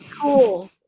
Cool